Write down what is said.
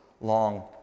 long